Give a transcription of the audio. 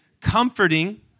comforting